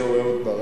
לא לא לא.